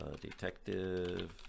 Detective